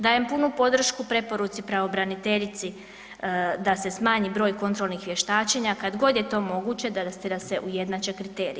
Dajem punu podršku preporuci pravobraniteljici da se smanji broj kontrolnih vještačenja kad god je to moguće, da se ujednače kriteriji.